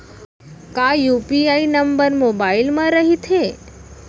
का UPI number mobile म रहिथे?